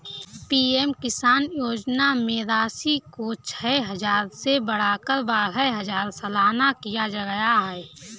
PM Kisan योजना में राशि को छह हजार से बढ़ाकर बारह हजार सालाना किया गया है